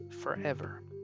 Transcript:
forever